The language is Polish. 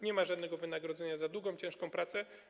Nie ma żadnego wynagrodzenia za długą, ciężką pracę.